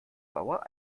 bauer